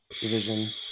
division